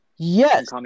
Yes